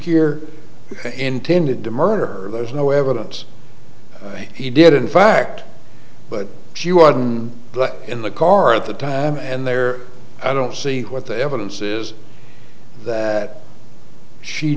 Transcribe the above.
here intended to murder her there's no evidence he did in fact but she won in the car at the time and there i don't see what the evidence is that she